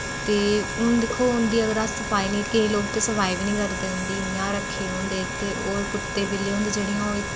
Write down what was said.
ते हुन दिक्खो उंदी अगर अस सफाई नेईं केई लोक ते सफाई बी नेईं नी करदे उंदी इ'यां रखै होंदे ते और कुत्ते बिल्लियां होंदी जेह्ड़ियां